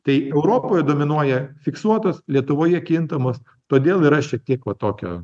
tai europoj dominuoja fiksuotos lietuvoje kintamos todėl yra šiek tiek va tokio